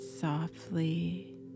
softly